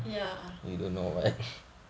ya